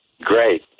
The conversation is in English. Great